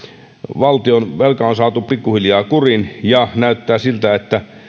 valtionvelka on saatu pikkuhiljaa kuriin ja näyttää siltä että